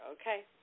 Okay